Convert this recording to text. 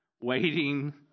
waiting